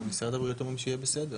אבל משרד הבריאות אומרים שיהיה בסדר.